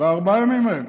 בארבעת הימים האלה.